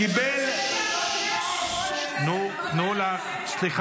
--- על מה את מדברת --- אמרתי, ציונות דתית.